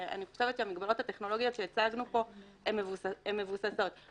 ואני חושבת שהמגבלות הטכנולוגיות שהצגנו פה הן מבוססות.